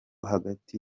hagati